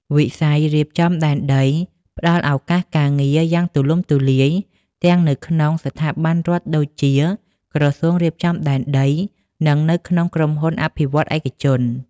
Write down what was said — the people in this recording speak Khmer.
វិស័យរៀបចំដែនដីផ្ដល់ឱកាសការងារយ៉ាងទូលំទូលាយ ទាំងនៅក្នុងស្ថាប័នរដ្ឋដូចជា ក្រសួងរៀបចំដែនដី និងនៅក្នុងក្រុមហ៊ុនអភិវឌ្ឍន៍ឯកជន។